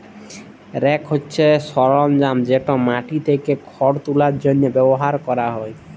rake হছে সরলজাম যেট মাটি থ্যাকে খড় তুলার জ্যনহে ব্যাভার ক্যরা হ্যয়